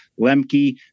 Lemke